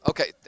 Okay